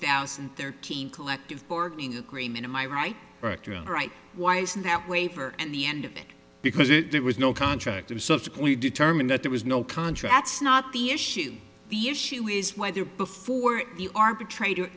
thousand and thirteen collective bargaining agreement in my right right why isn't that waiver at the end of it because it was no contract and subsequently determined that there was no contracts not the issue the issue is whether before the arbitrator